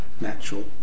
natural